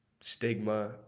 stigma